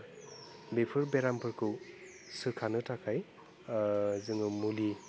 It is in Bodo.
बेफोर बेरामफोरखौ सोखानो थाखाय जोङो मुलि